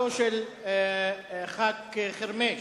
להצעתו של חבר הכנסת חרמש: